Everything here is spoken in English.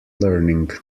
learning